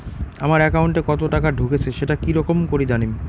আমার একাউন্টে কতো টাকা ঢুকেছে সেটা কি রকম করি জানিম?